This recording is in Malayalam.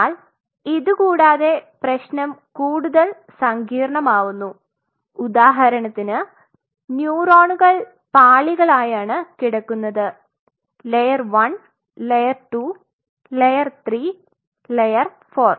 എന്നാൽ ഇതുകൂടാതെ പ്രശ്നം കൂടുതൽ സങ്കീർണ്ണമാവുന്നു ഉദാഹരണത്തിന് ന്യൂറോണുകൾ പാളികളായാണ് കിടക്കുന്നത് ലെയർ 1 ലെയർ 2 ലെയർ 3 ലെയർ 4